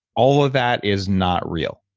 all of that is not real,